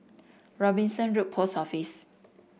Robinson Road Post Office